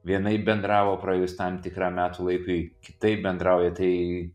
vienaip bendravo praėjus tam tikram metų laikui kitaip bendrauja tai